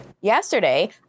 Yesterday